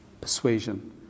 persuasion